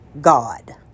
God